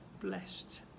blessed